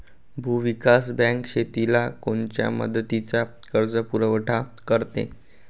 भूविकास बँक शेतीला कोनच्या मुदतीचा कर्जपुरवठा करते?